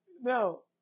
No